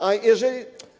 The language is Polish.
A jeżeli.